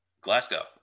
Glasgow